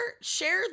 share